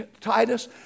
titus